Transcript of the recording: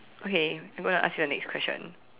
okay I'm going to ask you the next question